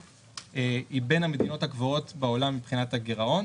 היא בין המדינות הגבוהות בעולם מבחינת הגירעון.